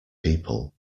people